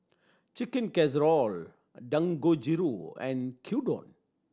Chicken Casserole Dangojiru and Gyudon